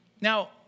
Now